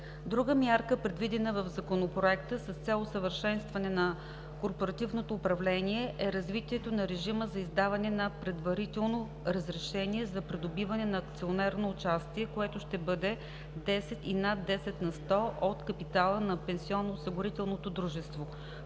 Друга мярка, предвидена в Законопроекта с цел усъвършенстване на корпоративното управление, е развитието на режима за издаване на предварително разрешение за придобиване на акционерно участие, което ще бъде 10 и над 10 на сто от капитала на пенсионноосигурителното дружество.